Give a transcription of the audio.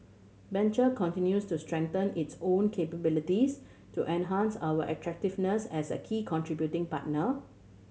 venture continues to strengthen its own capabilities to enhance our attractiveness as a key contributing partner